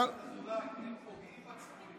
חבר הכנסת אזולאי, הם פוגעים בצבועים.